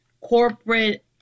corporate